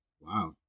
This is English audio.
Wow